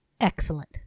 excellent